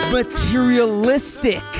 materialistic